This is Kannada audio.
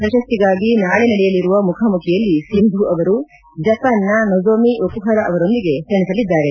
ಪ್ರಶಸ್ತಿಗಾಗಿ ನಾಳೆ ನಡೆಯಲಿರುವ ಮುಖಾಮುಖಿಯಲ್ಲಿ ಸಿಂಧು ಅವರು ಜಪಾನಿನ ನೊಝೊಮಿ ಒಕುಹರಾ ಅವರೊಂದಿಗೆ ಸೆಣಸಲಿದ್ದಾರೆ